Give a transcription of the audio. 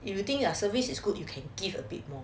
if you think their service is good you can give a bit more